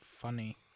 funny